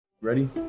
Ready